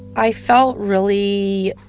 i felt really